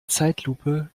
zeitlupe